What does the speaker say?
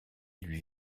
lui